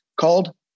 called